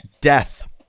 Death